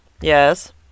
Yes